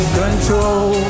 control